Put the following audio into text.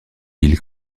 ville